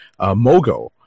Mogo